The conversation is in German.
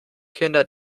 kinder